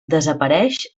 desapareix